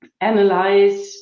analyze